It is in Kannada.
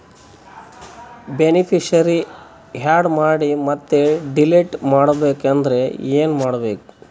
ಬೆನಿಫಿಶರೀ, ಆ್ಯಡ್ ಮಾಡಿ ಮತ್ತೆ ಡಿಲೀಟ್ ಮಾಡಬೇಕೆಂದರೆ ಏನ್ ಮಾಡಬೇಕು?